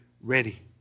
ready